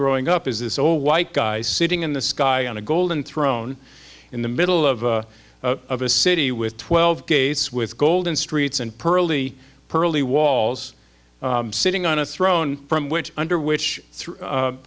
growing up is this all white guy sitting in the sky on a golden throne in the middle of of a city with twelve gates with golden streets and pearly pearly walls sitting on a throne from which under which